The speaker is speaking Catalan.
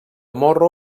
morro